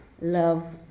love